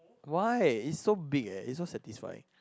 why is so big eh is so satisfying